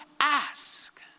ask